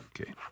Okay